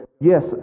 yes